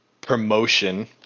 promotion